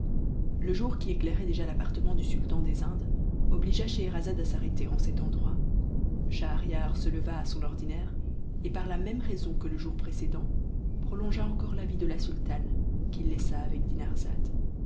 le jour qui éclairait déjà l'appartement du sultan des indes obligea scheherazade à s'arrêter en cet endroit schahriar se leva à son ordinaire et par la même raison que le jour précédent prolongea encore la vie de la sultane qu'il laissa avec